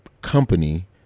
company